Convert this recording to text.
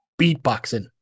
beatboxing